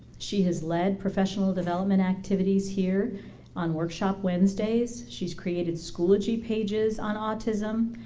she has led professional development activities here on workshop wednesdays. she's created schoology pages on autism.